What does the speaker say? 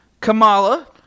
Kamala